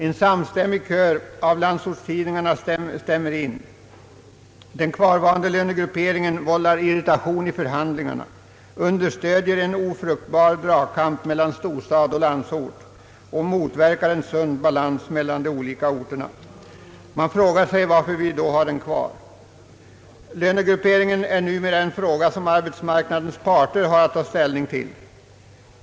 En samstämmig kör av landsortstidningar understöder detta krav. Den kvarvarande lönegrupperingen vållar irritation i förhandlingar, bidrar till en ofruktbar dragkamp mellan storstad och landsort och motverkar en sund balans mellan olika orter. Man frågar sig varför vi då har den kvar. Lönegrupperingen är numera en fråga som arbetsmarknadens parter har att ta ställning till.